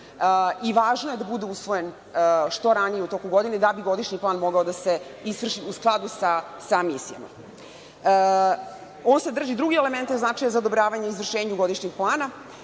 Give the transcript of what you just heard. i važno je da bude usvojen što ranije u toku godine, da bi godišnji plan mogao da se izvrši u skladu sa misijom. Ovo sadrži druge elemente od značaja za odobravanje o izvršenju godišnjeg plana.